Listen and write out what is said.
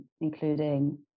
including